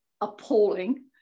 appalling